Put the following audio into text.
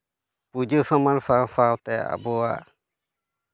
ᱯᱩᱡᱟᱹ ᱥᱟᱢᱟᱱ ᱥᱟᱶᱼᱥᱟᱶᱛᱮ ᱟᱵᱚᱣᱟᱜ